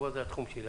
פה זה התחום שלי.